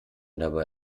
dabei